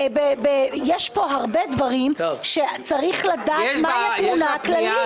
הרבה דברים שמצריכים לדעת מהי התמונה הכללית.